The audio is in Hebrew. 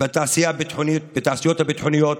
בתעשיות הביטחוניות,